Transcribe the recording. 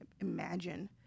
imagine